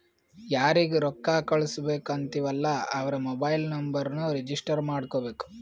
ಯಾರಿಗ ರೊಕ್ಕಾ ಕಳ್ಸುಬೇಕ್ ಅಂತಿವ್ ಅಲ್ಲಾ ಅವ್ರ ಮೊಬೈಲ್ ನುಂಬರ್ನು ರಿಜಿಸ್ಟರ್ ಮಾಡ್ಕೋಬೇಕ್